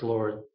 Lord